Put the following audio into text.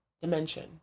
dimension